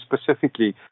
specifically